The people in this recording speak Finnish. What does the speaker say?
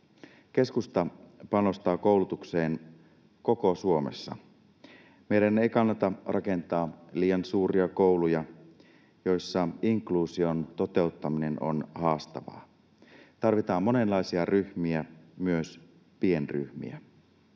Keskusta panostaa koulutukseen koko Suomessa. Meidän ei kannata rakentaa liian suuria kouluja, joissa inkluusion toteuttaminen on haastavaa. Tarvitaan monenlaisia ryhmiä, myös pienryhmiä.